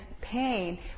pain